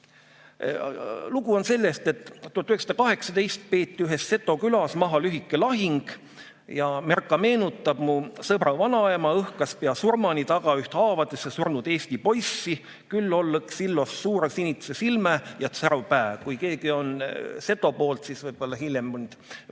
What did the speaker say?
Lugu on selles, et 1918 peeti ühes seto külas maha lühike lahing. Merca meenutab: "Mu sõbra vanaema õhkas pea surmani taga üht haavadesse surnud eesti poissi: "Külh oll' õks illos, suurõ' sinitse' silmä' ja tsäropää!"" Kui keegi on Seto poolt, siis võib-olla hiljem parandab mind.